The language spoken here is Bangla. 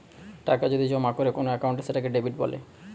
টাকা যদি জমা করে কোন একাউন্টে সেটাকে ডেবিট বলে